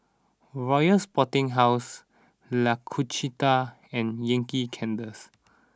Royal Sporting House L'Occitane and Yankee Candles